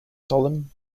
solemn